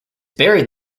buried